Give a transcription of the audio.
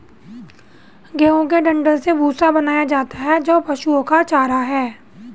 गेहूं के डंठल से भूसा बनाया जाता है जो पशुओं का चारा है